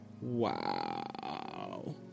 Wow